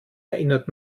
erinnert